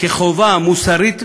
כחובה מוסרית,